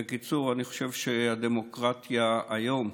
בקיצור, אני חושב שהדמוקרטיה היום,